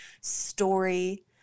story